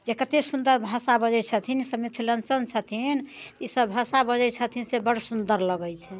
जे कते सुन्दर भाषा बजै छथिन ई सब मिथिलाञ्चल छथिन ई सब भाषा बजै छथिन से बड़ सुन्दर लगै छै